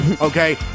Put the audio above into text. Okay